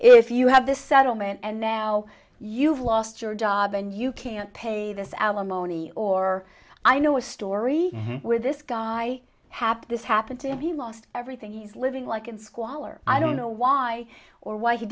if you have this settlement and now you've lost your job and you can't pay this alimony or i know a story where this guy hap this happened to him he lost everything he's living like in squalor i don't know why or why he